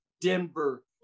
Denver